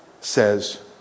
says